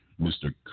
Mr